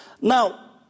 Now